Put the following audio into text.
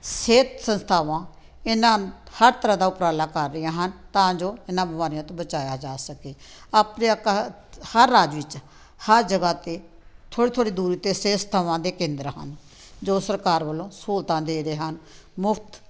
ਸਿਹਤ ਸੰਸਥਾਵਾਂ ਇਹਨਾਂ ਹਰ ਤਰ੍ਹਾਂ ਦਾ ਉਪਰਾਲਾ ਕਰ ਰਹੀਆਂ ਹਨ ਤਾਂ ਜੋ ਇਹਨਾਂ ਬਿਮਾਰੀਆਂ ਤੋਂ ਬਚਾਇਆ ਜਾ ਸਕੇ ਆਪਣੇ ਆਪ ਹਰ ਰਾਜ ਵਿੱਚ ਹਰ ਜਗ੍ਹਾ 'ਤੇ ਥੋੜ੍ਹੀ ਥੋੜ੍ਹੀ ਦੂਰੀ 'ਤੇ ਸਿਹਤ ਸੰਸਥਾਵਾਂ ਦੇ ਕੇਂਦਰ ਹਨ ਜੋ ਸਰਕਾਰ ਵੱਲੋਂ ਸਹੂਲਤਾਂ ਦੇ ਰਹੇ ਹਨ ਮੁਫ਼ਤ